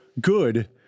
good